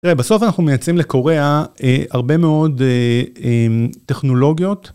בסוף אנחנו מייצרים לקוריאה הרבה מאוד טכנולוגיות.